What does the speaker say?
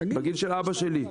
בגיל של אבא שלי,